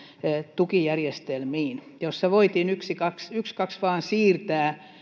tukijärjestelmiin joissa voitiin ykskaks ykskaks vain siirtää